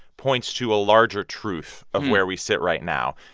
points to a larger truth of where we sit right now.